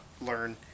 learn